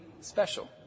special